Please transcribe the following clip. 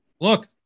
look